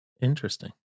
Interesting